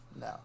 No